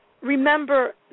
remember